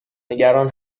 نگران